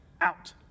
Out